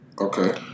Okay